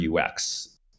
UX